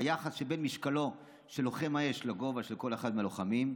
היחס שבין משקלו של לוחם האש לגובה של כל אחד מהלוחמים,